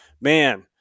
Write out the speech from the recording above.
man